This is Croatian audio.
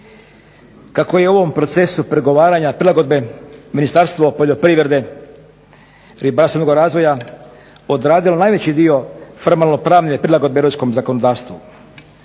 kako je u ovom procesu pregovaranja prilagodbe Ministarstvo poljoprivrede, ribarstva i ruralnoga razvoja odradilo najveći dio formalno-pravne prilagodbe europskom zakonodavstvu.